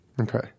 Okay